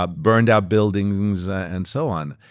ah burned out buildings ah and so on.